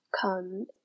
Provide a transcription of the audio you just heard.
come